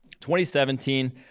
2017